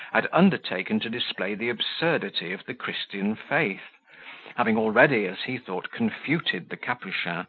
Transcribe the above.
had undertaken to display the absurdity of the christian faith having already, as he thought, confuted the capuchin,